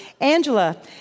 Angela